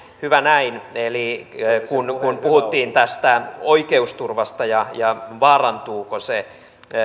hyvä näin kun kun puhuttiin tästä oikeusturvasta ja ja siitä vaarantuuko se